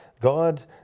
God